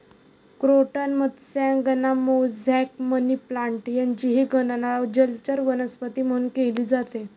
croton मत्स्यांगना, mosaic, money plant यांचीही गणना जलचर वनस्पती म्हणून केली जाते